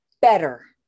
better